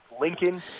Lincoln